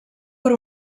per